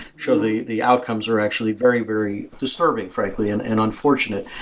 show the the outcomes are actually very very disturbing, frankly, and and unfortunate.